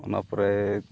ᱚᱱᱟ ᱯᱚᱨᱮ